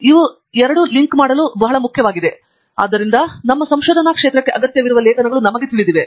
ಇವು ಎರಡು ಲಿಂಕ್ ಮಾಡಲು ಇದು ಬಹಳ ಮುಖ್ಯವಾಗಿದೆ ಆದ್ದರಿಂದ ನಮ್ಮ ಸಂಶೋಧನಾ ಪ್ರದೇಶಕ್ಕೆ ಅಗತ್ಯವಿರುವ ಲೇಖನಗಳು ನಮಗೆ ತಿಳಿದಿವೆ